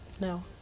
no